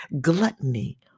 gluttony